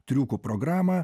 triukų programą